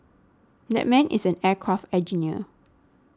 that man is an aircraft engineer